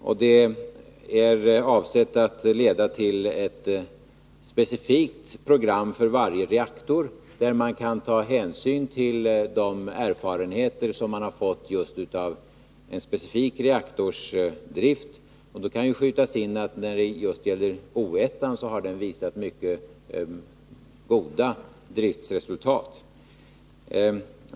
Systemet är avsett att leda till ett specifikt program för varje reaktor, där man kan ta hänsyn till de erfarenheter som man har fått just av en specifik reaktors drift. Här kan det skjutas in att just O 1-an har visat mycket goda driftsresultat.